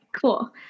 cool